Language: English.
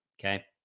okay